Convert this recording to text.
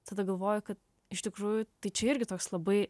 tada galvoju kad iš tikrųjų tai čia irgi toks labai